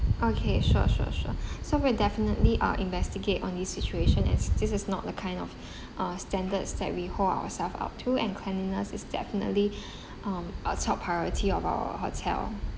okay sure sure sure so we'll definitely uh investigate on this situation as this is not the kind of uh standards that we hold ourselves up to and cleanliness is definitely um a top priority of our hotel